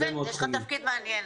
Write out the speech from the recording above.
מעולה, יש לך תפקיד מעניין.